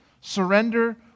surrender